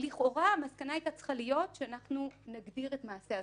לכאורה המסקנה היתה צריכה להיות שאנחנו נגדיר את מעשה הזנות.